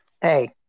Hey